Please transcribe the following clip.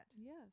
Yes